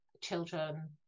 children